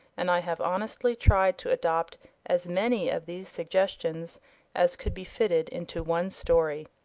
and i have honestly tried to adopt as many of these suggestions as could be fitted into one story.